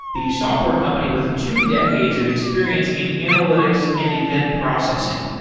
the software company with two decades of experience in analytics and event processing.